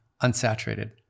unsaturated